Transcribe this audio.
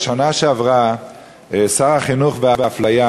בשנה שעברה הוציא שר החינוך והאפליה